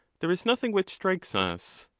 there is nothing which strikes us,